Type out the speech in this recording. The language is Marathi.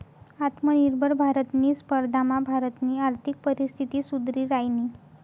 आत्मनिर्भर भारतनी स्पर्धामा भारतनी आर्थिक परिस्थिती सुधरि रायनी